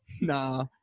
nah